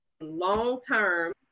long-term